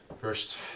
First